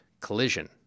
collision